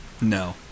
No